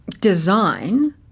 design